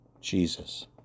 Jesus